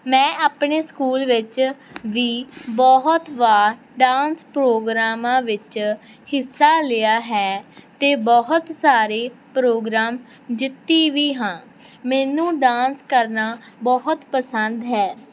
ਮੈਂ ਆਪਣੇ ਸਕੂਲ ਵਿੱਚ ਵੀ ਬਹੁਤ ਵਾਰ ਡਾਂਸ ਪ੍ਰੋਗਰਾਮਾਂ ਵਿੱਚ ਹਿੱਸਾ ਲਿਆ ਹੈ ਅਤੇ ਬਹੁਤ ਸਾਰੇ ਪ੍ਰੋਗਰਾਮ ਜਿੱਤੀ ਵੀ ਹਾਂ ਮੈਨੂੰ ਡਾਂਸ ਕਰਨਾ ਬਹੁਤ ਪਸੰਦ ਹੈ